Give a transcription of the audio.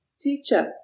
Teacher